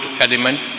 element